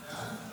את